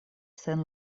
sen